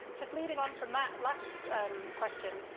just leading on fawm that last um question,